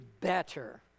better